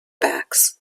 backs